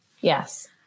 Yes